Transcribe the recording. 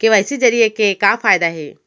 KYC जरिए के का फायदा हे?